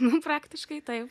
nu praktiškai taip